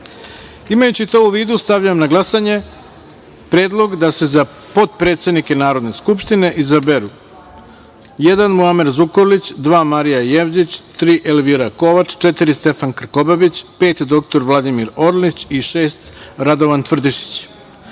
to u vidu, stavljam na glasanje predlog da se za potpredsednike Narodne skupštine izaberu:1. Muamer Zukorlić,2. Marija Jevđić,3. Elvira Kovač,4. Stefan Krkobabić,5. dr Vladimir Orlić,6. Radovan Tvrdišić. Molim